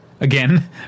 Again